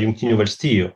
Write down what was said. jungtinių valstijų